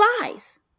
lies